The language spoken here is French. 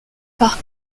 par